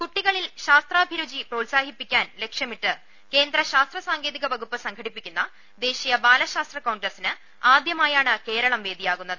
കുട്ടികളിൽ ശാസ്ത്രാഭിരുചി പ്രോത്സാഹിപ്പിക്കാൻ ലക്ഷ്യമിട്ട് കേന്ദ്ര ശാസ്ത്ര സാങ്കേതിക വകുപ്പ് സംഘടിപ്പിക്കുന്ന ദേശീയ ബാലശാസ്ത്ര കോൺഗ്രസിന് ആദ്യമായാണ് കേരളം വേദിയാ കുന്നത്